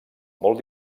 molt